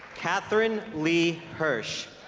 katherine lee hirsch